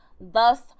Thus